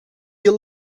your